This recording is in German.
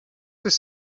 ist